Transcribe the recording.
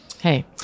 hey